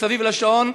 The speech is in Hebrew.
מסביב לשעון,